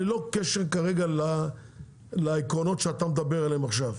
ללא קשר כרגע לעקרונות שאתה מדבר עליהם עכשיו.